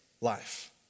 life